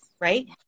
Right